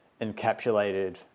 encapsulated